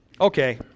okay